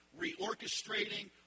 reorchestrating